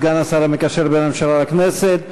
סגן השר המקשר בין הממשלה לכנסת.